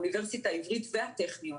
האוניברסיטה העברית והטכניון